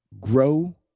grow